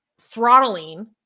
throttling